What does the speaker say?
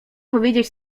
powiedzieć